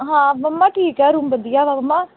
ਹਾਂ ਮੰਮਾ ਠੀਕ ਆ ਰੂਮ ਵਧੀਆ ਵਾ ਮੰਮਾ